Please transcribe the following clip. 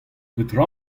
petra